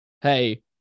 hey